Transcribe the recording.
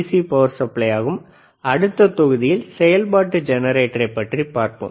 C power supply ஆகும் அடுத்த தொகுதியில் செயல்பாட்டு ஜெனரேட்டரை பற்றி பார்ப்போம்